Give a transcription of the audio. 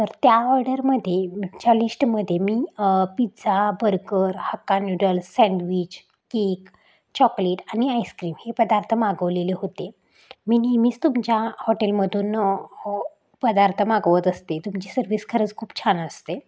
तर त्या ऑर्डरमध्ये च्या लिस्टमध्ये मी pizza burger hakka noodles sandwich cake chocolate आणि आईस्क्रीम हे पदार्थ मागवलेले होते मी नेहमीच तुमच्या हॉटेलमधून पदार्थ मागवत असते तुमची सर्विस खरंच खूप छान असते